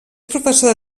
professor